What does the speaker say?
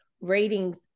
ratings